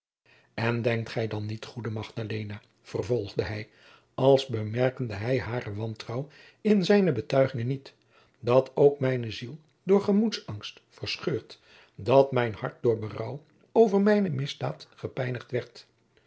en denkt gij dan niet goede magdalena vervolgde hij als bemerkte hij haren wantrouw in zijne betuigingen niet dat ook mijne ziel door gemoedsangst verscheurd dat mijn hart door berouw over mijne misdaad gepijnigd